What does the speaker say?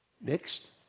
Next